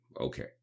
Okay